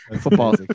football